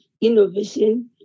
innovation